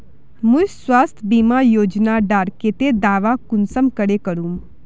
मुई स्वास्थ्य बीमा योजना डार केते दावा कुंसम करे करूम?